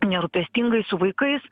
nerūpestingai su vaikais